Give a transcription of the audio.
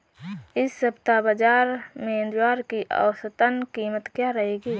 इस सप्ताह बाज़ार में ज्वार की औसतन कीमत क्या रहेगी?